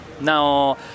now